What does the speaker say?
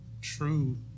true